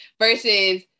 versus